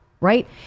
right